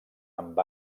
amb